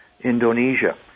Indonesia